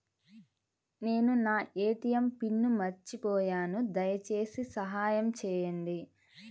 నేను నా ATM PIN మర్చిపోయాను దయచేసి సహాయం చేయండి